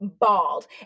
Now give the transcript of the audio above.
bald